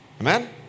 amen